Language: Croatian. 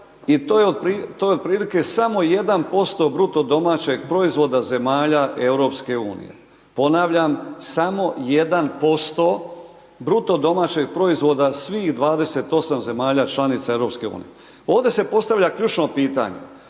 to je otprilike samo 1% bruto domaćeg proizvoda zemalja Europske unije. Ponavljam, samo 1% bruto domaćeg proizvoda svih 28 zemalja članica Europske unije. Ovdje se postavlja ključno pitanje,